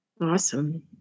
Awesome